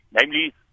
Namely